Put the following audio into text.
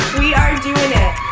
we are doing it